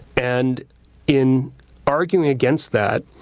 and in arguing against that,